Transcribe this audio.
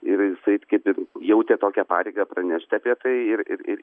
ir jisai kaip ir jautė tokią pareigą pranešti apie tai ir ir